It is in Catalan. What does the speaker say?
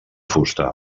fusta